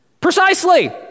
Precisely